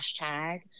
hashtag